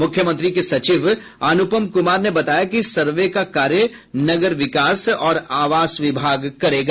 मुख्यमंत्री के सचिव अनुपम कुमार ने बताया कि सर्वे का कार्य नगर विकास और आवास विभाग करेगा